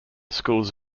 schools